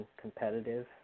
competitive